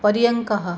पर्यङ्कः